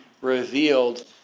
revealed